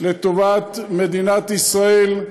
לטובת מדינת ישראל,